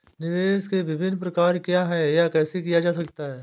निवेश के विभिन्न प्रकार क्या हैं यह कैसे किया जा सकता है?